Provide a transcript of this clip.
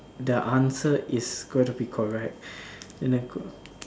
the answer is gonna be correct and the